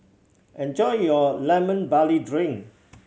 enjoy your Lemon Barley Drink